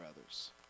others